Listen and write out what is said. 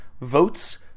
Votes